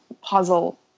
puzzle